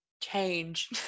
change